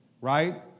right